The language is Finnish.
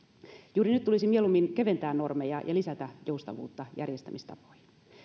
juuri nyt tulisi mieluummin keventää normeja ja lisätä joustavuutta järjestämistapoihin